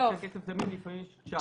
גם כשהכסף זמין לפעמים יש chargeback.